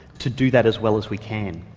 to do that as well as we can.